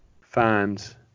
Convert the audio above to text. finds